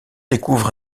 découvrent